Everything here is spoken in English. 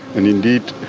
and indeed,